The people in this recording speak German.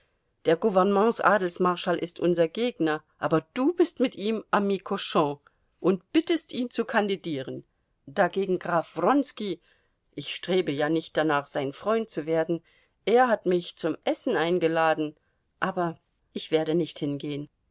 der gouvernements adelsmarschall ist unser gegner aber du bist mit ihm ami cochon und bittest ihn zu kandidieren dagegen graf wronski ich strebe ja nicht danach sein freund zu werden er hat mich zum essen eingeladen aber ich werde nicht hingehen